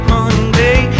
Monday